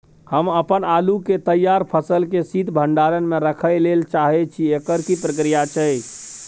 हम अपन आलू के तैयार फसल के शीत भंडार में रखै लेल चाहे छी, एकर की प्रक्रिया छै?